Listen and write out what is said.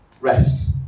REST